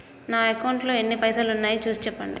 నా అకౌంట్లో ఎన్ని పైసలు ఉన్నాయి చూసి చెప్పండి?